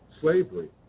slavery